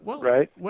Right